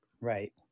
right